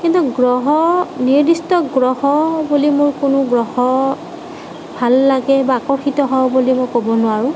কিন্তু গ্ৰহ নিৰ্দিষ্ট গ্ৰহ বুলি মোৰ কোনো গ্ৰহ ভাল লাগে বা আকৰ্ষিত হওঁ বুলি মই ক'ব নোৱাৰোঁ